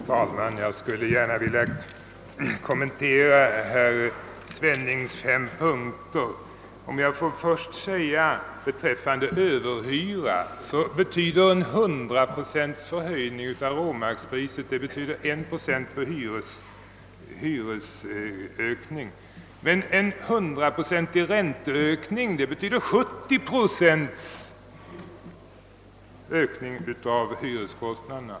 Herr talman! Jag skulle gärna vilja kommentera herr Svennings fem punkter. Beträffande överhyra vill jag säga att en 100-procentig höjning av råmarkspriset betyder 1 procent hyresökning. Men en 100-procentig räntehöjning betyder 70 procent ökning av hyreskostnaderna.